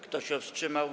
Kto się wstrzymał?